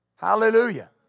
Hallelujah